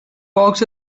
box